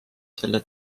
selle